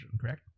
correct